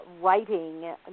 writing